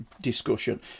discussion